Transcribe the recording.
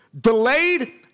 Delayed